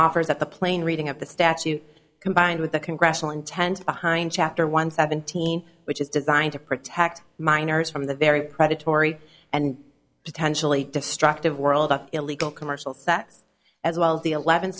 offers at the plane reading of the statute combined with the congressional intent behind chapter one seventeen which is designed to protect minors from the very predatory and potentially destructive world of illegal commercial sets as well the eleventh